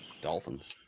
Dolphins